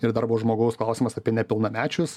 ir dar buvo žmogaus klausimas apie nepilnamečius